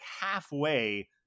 halfway